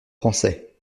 français